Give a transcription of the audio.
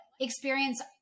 experience